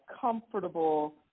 comfortable